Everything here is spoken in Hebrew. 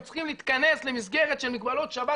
הם צריכים להתכנס למסגרת של מגבלות שבת.